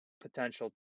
potential